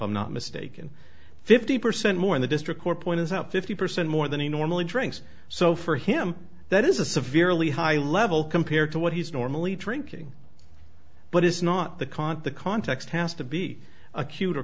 i'm not mistaken fifty percent more in the district court point is up fifty percent more than he normally drinks so for him that is a severely high level compared to what he's normally drinking but is not the caught the context has to be acute